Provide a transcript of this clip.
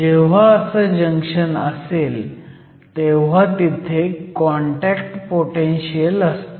जेव्हा असं जंक्शन असेल तेव्हा तिथे कॉन्टॅक्ट पोटेनशीयल असतं